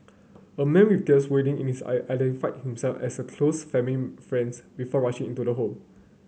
a man with tears welling in the eye identified himself as a close family friends before rushing into the home